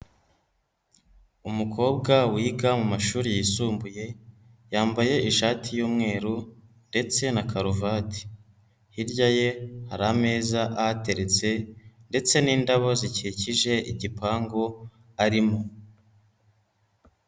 Umukobwa wiga mu mashuri yisumbuye, yambaye ishati y'umweru ndetse na karuvati, hirya ye hari ameza ahateretse ndetse n'indabo zikikije igipangu arimo.